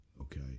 Okay